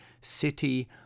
city